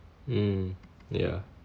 mm yeah